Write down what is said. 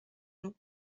nous